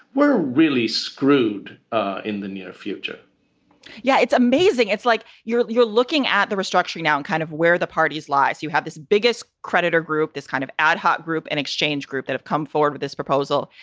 we're really screwed ah in the near future yeah, it's amazing. it's like you're you're looking at the restructuring now in and kind of where the parties lies. you have this biggest creditor group, this kind of ad hoc group and exchange group that have come forward with this proposal.